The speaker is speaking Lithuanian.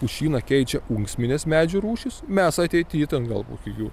pušyną keičia unksminės medžių rūšys mes ateity ten gal po kokių